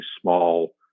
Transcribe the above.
small